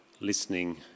listening